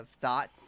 thought